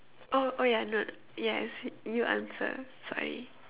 oh oh ya no yes you answer sorry